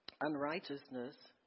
Unrighteousness